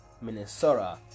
Minnesota